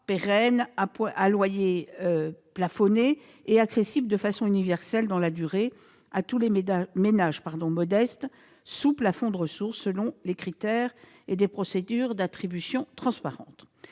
pérennes, à loyers plafonnés et accessibles de façon universelle, dans la durée, à tous les ménages modestes sous plafonds de ressources, selon des critères et des procédures d'attribution transparentes.